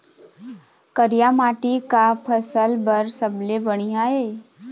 करिया माटी का फसल बर सबले बढ़िया ये?